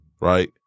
right